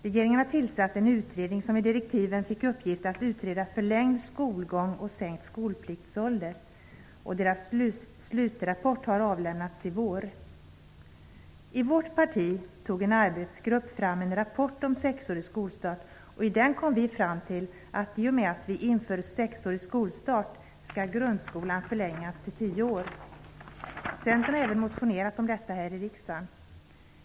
Regeringen har tillsatt en utredning, som i direktiven fick i uppgift att utreda förlängd skolgång och sänkt skolpliktsålder. Slutrapporten har avlämnats i vår. I vårt parti tog en arbetsgrupp fram en rapport om skolstart vid sex år, och i den kom vi fram till att grundskolan därmed skall förlängas till tio år. Centern har även motionerat om detta här i riksdagen.